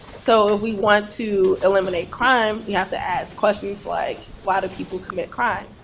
so if we want to eliminate crime, we have to ask questions like, why do people commit crime?